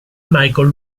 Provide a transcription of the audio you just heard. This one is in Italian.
michael